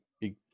big